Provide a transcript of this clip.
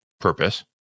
purpose